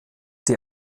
die